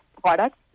products